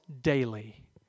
daily